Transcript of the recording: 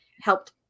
helped